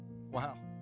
Wow